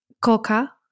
coca